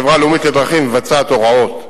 החברה הלאומית לדרכים מבצעת הוראות,